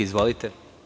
Izvolite.